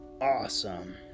awesome